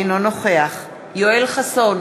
אינו נוכח יואל חסון,